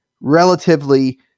relatively